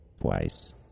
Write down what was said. twice